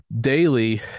Daily